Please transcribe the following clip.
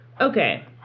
Okay